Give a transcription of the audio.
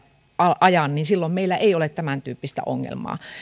ajan niin silloin meillä ei ole tämäntyyppistä ongelmaa